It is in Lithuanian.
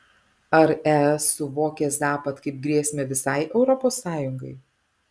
ar es suvokia zapad kaip grėsmę visai europos sąjungai